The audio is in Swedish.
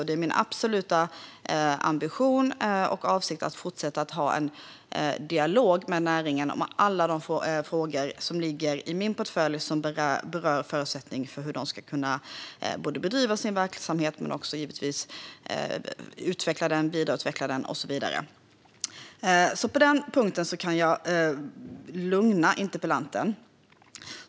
Det är min absoluta ambition och avsikt att fortsätta ha en dialog med näringen om alla de frågor som ligger i min portfölj som berör förutsättningarna för näringen att bedriva och utveckla sin verksamhet. På den punkten kan jag alltså lugna interpellanten.